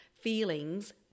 feelings